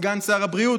או את סגן שר הבריאות,